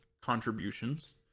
contributions